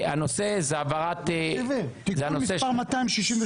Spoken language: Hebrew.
אתם לא מקשיבים.